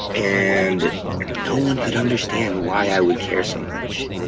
and no one could understand why i would care so much